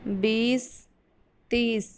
بیس تیس